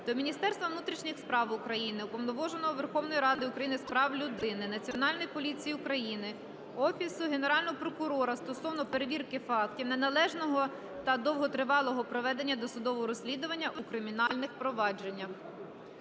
до Міністерства внутрішніх справ України, Уповноваженого Верховної Ради України з прав людини, Національної поліції України, Офісу Генерального прокурора стосовно перевірки фактів неналежного та довготривалого проведення досудового розслідування у кримінальних провадженнях.